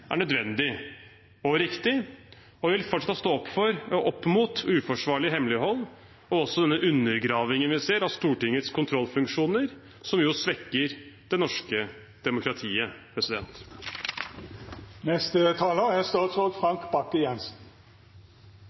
er nødvendig og riktig, og fortsatt vil at vi skal stå opp mot uforsvarlig hemmelighold – og også denne undergravingen vi ser av Stortingets kontrollfunksjoner, som jo svekker det norske demokratiet. EOS-utvalgets rapport i saken om Frode Berg og sammendraget av denne er